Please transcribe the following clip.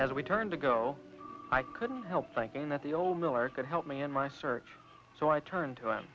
as we turned to go i couldn't help thinking that the old miller could help me in my search so i turned to him